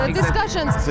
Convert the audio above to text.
discussions